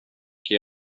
che